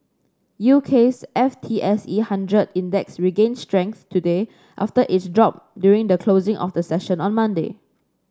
U K's F T S E hundred Index regained strength today after its drop during the closing of the session on Monday